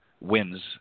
wins